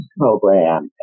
program